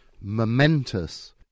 momentous